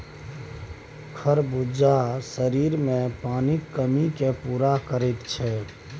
खरबूजा शरीरमे पानिक कमीकेँ पूरा करैत छै